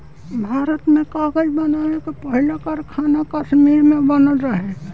भारत में कागज़ बनावे के पहिला कारखाना कश्मीर में बनल रहे